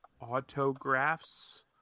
autographs